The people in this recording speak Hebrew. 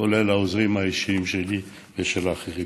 כולל העוזרים האישיים שלי ושל אחרים.